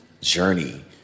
journey